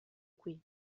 qui